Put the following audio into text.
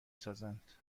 سازند